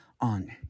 on